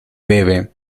bebe